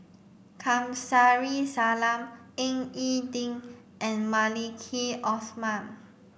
Kamsari Salam Ying E Ding and Maliki Osman